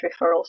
referrals